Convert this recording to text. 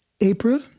April